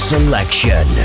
Selection